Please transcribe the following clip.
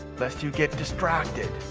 lest you get distracted.